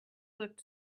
looked